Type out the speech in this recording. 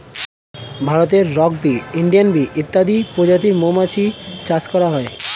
ভারতে rock bee, Indian bee ইত্যাদি প্রজাতির মৌমাছি চাষ করা হয়